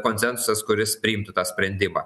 konsensusas kuris priimtų tą sprendimą